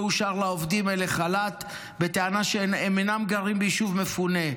לא אושר לעובדים אלה חל"ת בטענה שהם אינם גרים ביישוב מפונה.